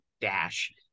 dash